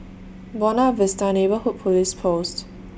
Buona Vista Neighbourhood Police Post